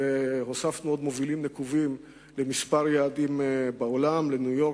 והוספנו עוד מובילים נקובים לכמה יעדים בעולם: ניו-יורק,